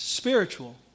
spiritual